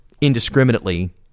indiscriminately